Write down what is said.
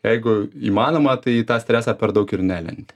jeigu įmanoma tai į tą stresą per daug ir nelendi